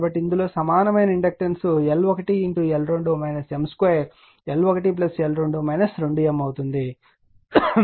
కాబట్టి ఇందులో సమానమైన ఇండక్టెన్స్ L1 L2 2M అవుతుంది